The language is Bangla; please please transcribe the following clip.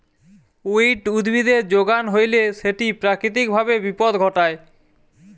উইড উদ্ভিদের যোগান হইলে সেটি প্রাকৃতিক ভাবে বিপদ ঘটায়